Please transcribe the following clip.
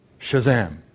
Shazam